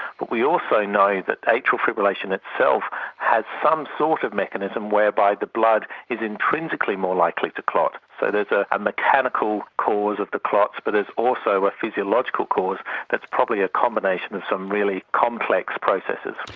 but we also know that atrial fibrillation itself has some sort of mechanism whereby the blood is intrinsically more likely to clot. so there's a a mechanical cause of the clots but there is also a physiological cause that's probably a combination of some really complex processes.